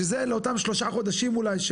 בשביל זה לאותם שלושה חודשים אולי,